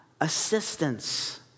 assistance